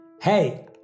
Hey